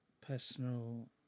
personal